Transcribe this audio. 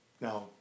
Now